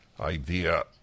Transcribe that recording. idea